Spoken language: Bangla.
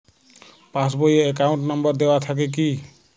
পাস বই এ অ্যাকাউন্ট নম্বর দেওয়া থাকে কি?